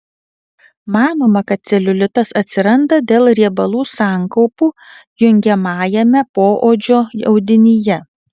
manoma kad celiulitas atsiranda dėl riebalų sankaupų jungiamajame poodžio audinyje